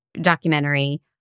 documentary